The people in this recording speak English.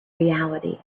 reality